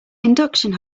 induction